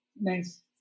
Nice